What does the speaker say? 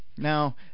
Now